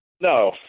No